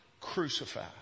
Crucified